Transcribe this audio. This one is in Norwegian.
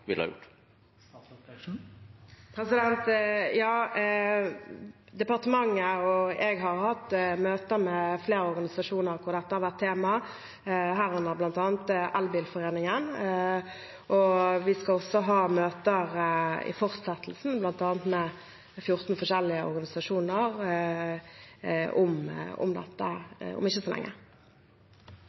ville ha gjort. Departementet og jeg har hatt møter med flere organisasjoner hvor dette har vært tema, herunder bl.a. Elbilforeningen. Vi skal også ha møter om dette i fortsettelsen, bl.a. med 14 forskjellige organisasjoner om ikke så lenge.